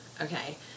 Okay